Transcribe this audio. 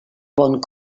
bon